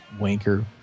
wanker